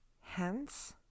Hence